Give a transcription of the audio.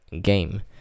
game